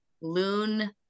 loon